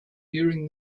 during